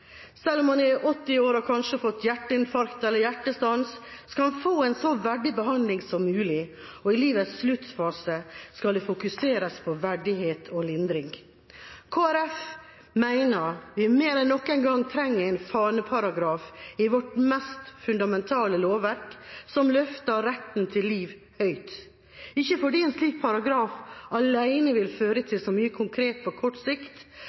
Selv om man er 80 år og kanskje har hatt hjerteinfarkt eller hjertestans, skal en få en så verdig behandling som mulig, og i livets sluttfase skal det fokuseres på verdighet og lindring. Kristelig Folkeparti mener at vi mer enn noen gang trenger en faneparagraf i vårt mest fundamentale lovverk som løfter retten til liv høyt – ikke fordi en slik paragraf alene vil føre til så mye konkret på kort sikt,